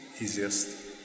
easiest